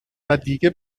ودیگه